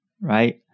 right